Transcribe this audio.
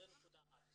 זו נקודה אחת.